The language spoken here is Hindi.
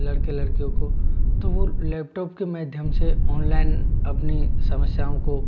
लड़के लड़कियों को तो वो लैपटॉप के माध्यम से ऑनलाइन अपनी समस्याओं को